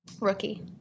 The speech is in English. Rookie